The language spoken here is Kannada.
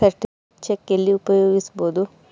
ಸರ್ಟಿಫೈಡ್ ಚೆಕ್ಕು ಎಲ್ಲಿ ಉಪಯೋಗಿಸ್ಬೋದು?